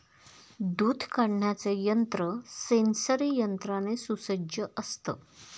दूध काढण्याचे यंत्र सेंसरी यंत्राने सुसज्ज असतं